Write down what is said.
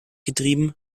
getrieben